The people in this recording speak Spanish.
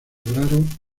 lograron